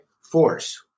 force